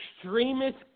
extremist